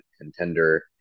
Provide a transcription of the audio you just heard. contender